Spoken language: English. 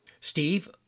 Steve